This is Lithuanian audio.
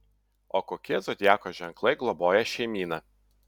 o kokie zodiako ženklai globoja šeimyną